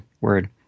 word